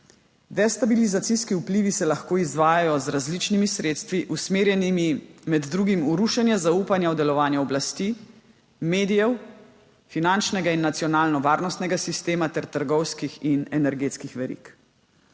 Destabilizacijski vplivi se lahko izvajajo z različnimi sredstvi, usmerjenimi med drugim v rušenje zaupanja v delovanje oblasti, medijev, finančnega in nacionalno-varnostnega sistema ter trgovskih in energetskih verig.